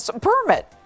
permit